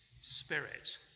spirit